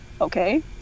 okay